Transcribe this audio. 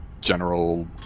general